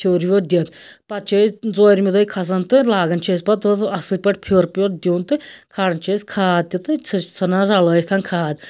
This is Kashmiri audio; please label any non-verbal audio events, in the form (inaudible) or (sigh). پھیُر ویُر دِتھ پَتہٕ چھِ أسۍ ژورمہِ دۄہہِ کھَسان تہٕ لاگان چھِ أسۍ پَتہٕ (unintelligible) اصٕل پٲٹھۍ پھیُر ویُردیُن تہٕ کھالان چھِ أسۍ کھاد تہِ تہٕ چھِس ژھٕنان رَلٲیِتھ کھاد